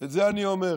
ואת זה אני אומר